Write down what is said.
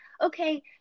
okay